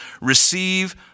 Receive